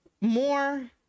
more